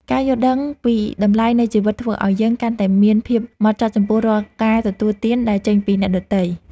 ការយល់ដឹងពីតម្លៃនៃជីវិតធ្វើឱ្យយើងកាន់តែមានភាពហ្មត់ចត់ចំពោះរាល់ការទទួលទានដែលចេញពីអ្នកដទៃ។